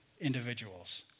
individuals